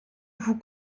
vous